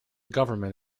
government